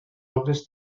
obres